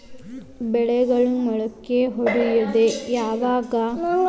ಬೆಳೆಗಳು ಮೊಳಕೆ ಒಡಿಯೋದ್ ಯಾವಾಗ್?